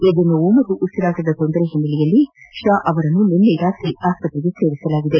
ಎದೆನೋವು ಹಾಗೂ ಉಸಿರಾಟದ ತೊಂದರೆ ಹಿನ್ನೆಲೆಯಲ್ಲಿ ಅವರನ್ನು ನಿನ್ನೆ ರಾತ್ರಿ ಆಸ್ವತ್ರೆಗೆ ದಾಖಲಿಸಲಾಗಿದೆ